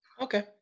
Okay